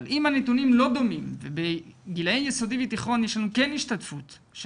אבל אם הנתונים לא דומים ובגילאי יסודי ותיכון יש לנו כאן השתתפות של